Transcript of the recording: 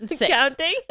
counting